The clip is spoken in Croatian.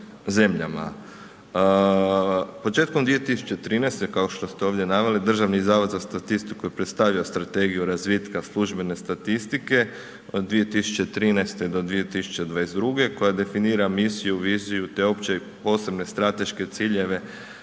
Početkom 2013. kao što ste ovdje naveli, Državni zavod za statistiku je predstavio Strategiju razvitka službene statistike od 2013. do 2022. koja definira misiju, viziju te opće i posebne strateške ciljeve